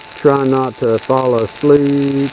try not to fall ah asleep.